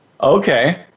Okay